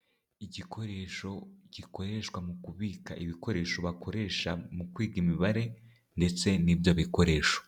Igikoresho gikoreshwa mu kubika ibikoresho bakoresha mu kwiga imibare ndetse n'ibyo bikoresho.